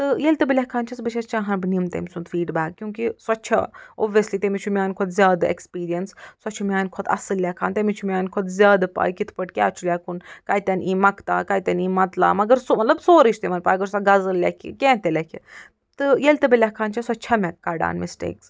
تہٕ ییٚلہِ تہِ بہٕ لٮ۪کھان چھَس بہٕ چھَس چاہان بہٕ نِم تٔمۍ سُنٛد فیٖڈبیک کیونکہِ سۄ چھِ اوٮ۪سلی تٔمِس چھُ میانہِ کھۄتہٕ زیادٕ اٮ۪کٕسپیٖرینٕس سۄ چھِ میانہِ کھۄتہٕ اصٕل لٮ۪کھان تٔمِس چھُ میانہِ کھۄتہٕ زیادٕ پاے کِتھ پٲٹھۍ کیٛاہ چھُ لٮ۪کھُن کَتٮ۪ن ایی مقطع کتٮ۪ن ایی مطلع مگر سُہ مطلب سورُے چھُ تِمن پگاہ چھُ آسن غزل لٮ۪کھِ کیٚنٛہہ تہِ لٮ۪کھِ تہٕ ییٚلہِ لٮ۪کھان چھَس سۄ چھِ مےٚ کَڑان مِسٹیٚکٕس